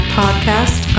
podcast